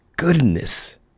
goodness